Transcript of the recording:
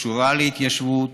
קשורה להתיישבות,